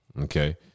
okay